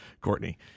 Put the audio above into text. Courtney